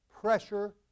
pressure